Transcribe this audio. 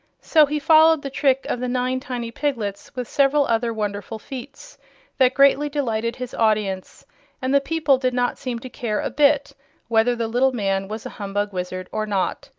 so he followed the trick of the nine tiny piglets with several other wonderful feats that greatly delighted his audience and the people did not seem to care a bit whether the little man was a humbug wizard or not,